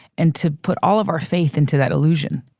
and to put all of our faith into that illusion.